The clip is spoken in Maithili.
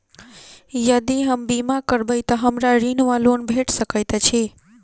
यदि हम बीमा करबै तऽ हमरा ऋण वा लोन भेट सकैत अछि?